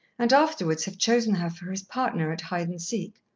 and afterwards have chosen her for his partner at hide-and-seek.